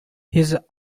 his